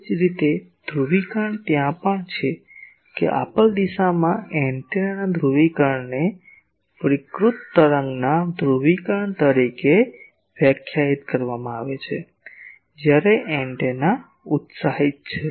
એ જ રીતે ધ્રુવીકરણ ત્યાં પણ છે કે આપેલ દિશામાં એન્ટેનાના ધ્રુવીકરણને વિકૃત તરંગના ધ્રુવીકરણ તરીકે વ્યાખ્યાયિત કરવામાં આવે છે જ્યારે એન્ટેના ઉત્સાહિત છે